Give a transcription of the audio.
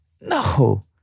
No